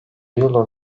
yılın